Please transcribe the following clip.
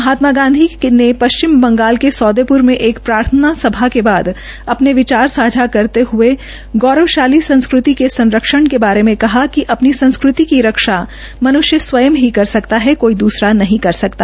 महात्मा गांधी ने पश्चिम बंगाला के सौदेपुर में एक प्रार्थना सभा के बाद अपने विचार सांझा करते हये गौरवशाली संस्कृति के संरक्षण के बारे में कहा कि अपनी संस्कृति की रक्षा मनुष्य स्वयं ही कर सकता है कोई दूसरा नहीं कर सकता